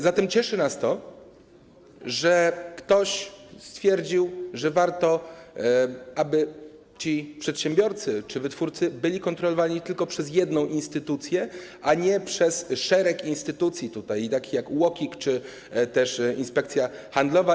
Zatem cieszy nas to, że ktoś stwierdził, że warto, aby ci przedsiębiorcy czy wytwórcy byli kontrolowani tylko przez jedną instytucję, a nie przez szereg instytucji, takich jak UOKiK czy też Inspekcja Handlowa.